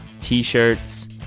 T-shirts